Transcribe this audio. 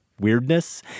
weirdness